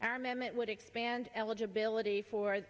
our amendment would expand eligibility for